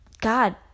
God